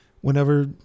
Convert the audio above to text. Whenever